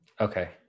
Okay